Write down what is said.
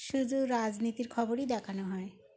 শুধু রাজনীতির খবরই দেখানো হয়